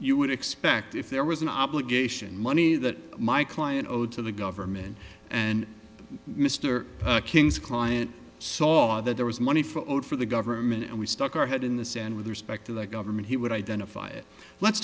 you would expect if there was an obligation money that my client owed to the government and mr king's client saw that there was money for old for the government and we stuck our head in the sand with respect to the government he would identify it let's